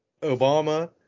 Obama